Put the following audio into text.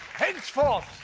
henceforth,